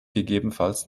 gegebenenfalls